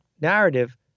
narrative